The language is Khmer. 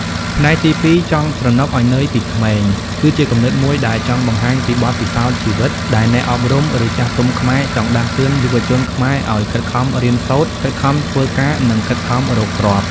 ផ្នែកទី២«ចង់ស្រណុកឱ្យនឿយពីក្មេង» គឺជាគំនិតមួយដែលចង់បង្ហាញពីបទពិសោធន៍ជីវិត ដែលអ្នកអប់រំ ឬចាស់ទុំខ្មែរចង់ដាស់តឿនយុវជនខ្មែរឱ្យខិតខំរៀនសូត្រ ខិតខំធ្វើការ និងខិតខំរកទ្រព្យ។